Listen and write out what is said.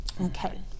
Okay